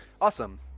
Awesome